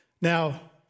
Now